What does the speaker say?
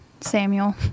Samuel